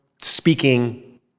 speaking